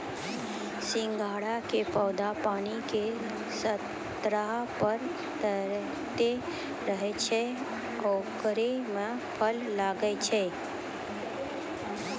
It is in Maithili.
सिंघाड़ा के पौधा पानी के सतह पर तैरते रहै छै ओकरे मॅ फल लागै छै